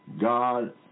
God